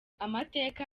amateka